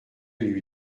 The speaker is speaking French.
lui